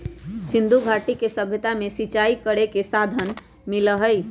सिंधुघाटी के सभ्यता में सिंचाई करे के साधन मिललई ह